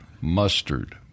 mustard